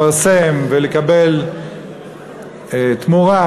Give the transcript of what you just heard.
לפרסם ולקבל תמורה,